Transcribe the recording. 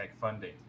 funding